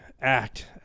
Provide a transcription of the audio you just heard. act